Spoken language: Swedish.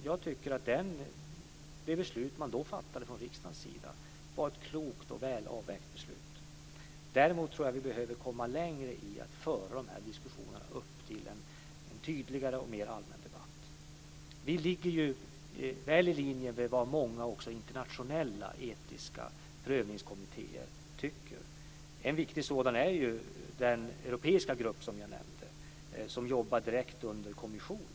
Jag tycker att det beslut som man då fattade från riksdagens sida var ett klokt och väl avvägt beslut. Däremot tror jag att vi behöver komma längre när det gäller att föra upp de här diskussionerna till en tydligare och mer allmän debatt. Vi ligger ju också väl i linje med vad många internationella etiska prövningskommittéer tycker. En viktig sådan är ju den europeiska grupp som jag nämnde som jobbar direkt under kommissionen.